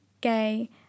gay